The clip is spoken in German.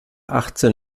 achtzehn